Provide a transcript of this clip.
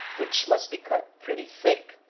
which must be cut pretty thick.